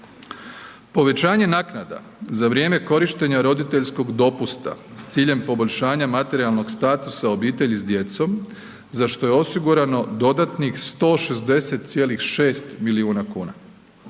Povećanje naknada za vrijeme korištenja roditeljskog dopusta s ciljem poboljšanja materijalnog statusa obitelji s djecom za što je osigurano dodatnih 160,6 milijuna kuna.